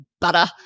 butter